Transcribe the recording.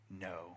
no